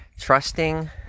Trusting